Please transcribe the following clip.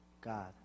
God